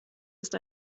ist